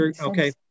okay